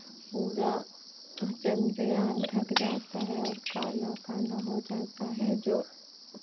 पूरा चन्द्रयान ढक जाता है और काला काला हो जाता है जो